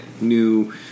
new